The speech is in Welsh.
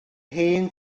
hen